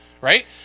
right